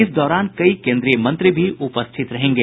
इस दौरान कई केन्द्रीय मंत्री भी उपस्थित रहेंगे